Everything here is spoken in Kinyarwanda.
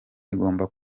igomba